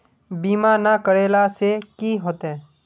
बीमा ना करेला से की होते?